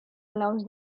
allows